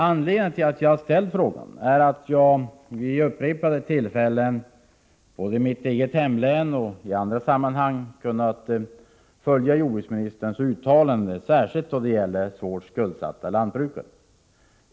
Anledningen till att jag har ställt frågan är att jag vid upprepade tillfällen, i mitt eget hemlän, men även i andra sammanhang, har kunnat följa jordbruksministerns uttalanden, särskilt då det gäller svårt skuldsatta lantbrukare.